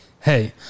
Hey